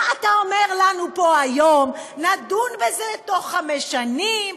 מה אתה אומר לנו פה היום: נדון בזה בתוך חמש שנים,